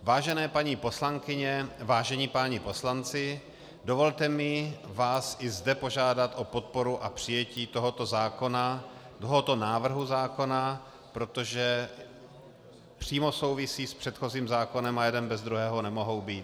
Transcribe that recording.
Vážené paní poslankyně, vážení páni poslanci, dovolte mi vás i zde požádat o podporu a přijetí tohoto návrhu zákona, protože přímo souvisí s předchozím zákonem a jeden bez druhého nemohou být.